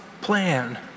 plan